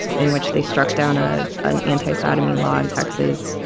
in which they struck down ah an anti-sodomy law in texas,